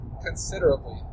considerably